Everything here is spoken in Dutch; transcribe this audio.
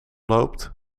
loopt